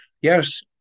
yes